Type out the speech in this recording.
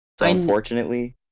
unfortunately